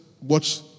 watch